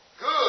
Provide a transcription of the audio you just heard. Good